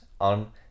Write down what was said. on